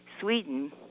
Sweden